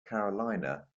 carolina